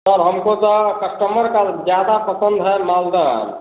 sir हमको तो customer का ज़्यादा पसंद है मालदा आम